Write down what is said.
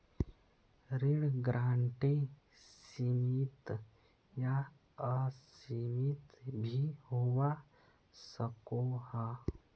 ऋण गारंटी सीमित या असीमित भी होवा सकोह